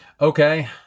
Okay